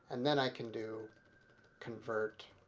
and then i can do convert